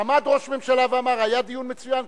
עמד ראש ממשלה ואמר: היה דיון מצוין,